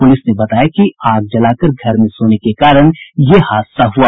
police ने बताया कि आग जलाकर घर में सोने के कारण यह हादसा हुआ